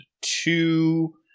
two